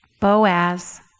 Boaz